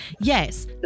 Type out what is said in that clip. Yes